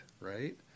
right